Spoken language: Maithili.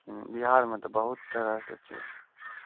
हँ बिहारमे तऽ बहुत तरहके छै